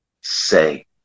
Say